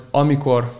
amikor